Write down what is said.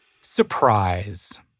Surprise